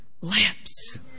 lips